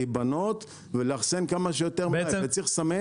להיבנות ולאחסן כמה שיותר וצריך לסמן